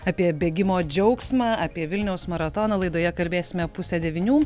apie bėgimo džiaugsmą apie vilniaus maratoną laidoje kalbėsime pusę devynių